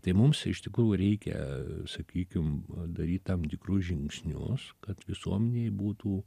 tai mums iš tikrųjų reikia sakykim padaryt tam tikrus žingsnius kad visuomenei būtų